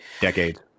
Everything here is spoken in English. decade